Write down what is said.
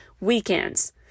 weekends